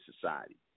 society